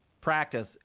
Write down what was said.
practice